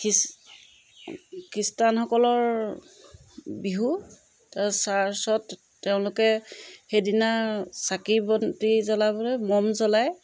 খ্ৰীষ্টানসকলৰ বিহু তাৰ চাৰ্চত তেওঁলোকে সেইদিনা চাকি বন্তি জ্বলাবলৈ মম জ্বলায়